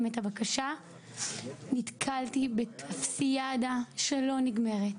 את הבקשה נתקלתי בטופסיאדה שלא נגמרת,